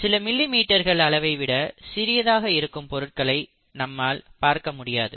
சில மில்லி மீட்டர்கள் அளவை விட சிறியதாக இருக்கும் பொருட்களை நம்மால் பார்க்க முடியாது